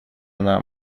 нам